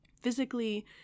Physically